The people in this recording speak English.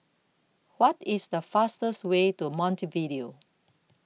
What IS The fastest Way to Montevideo